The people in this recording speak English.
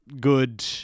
good